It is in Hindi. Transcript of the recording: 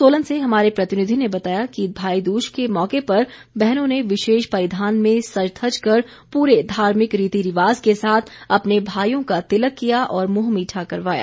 सोलन से हमारे प्रतिनिधि ने बताया है कि भाईदूज के मौके पर बहनों ने विशेष परिधान में सज धज कर पूरे धार्मिक रीति रिवाज के साथ अपने भाईयों का तिलक किया और मुंह मीठा करवाया